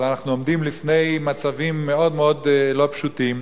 אנחנו עומדים לפני מצבים מאוד מאוד לא פשוטים,